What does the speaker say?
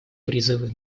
призывы